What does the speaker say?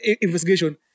investigation